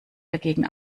dagegen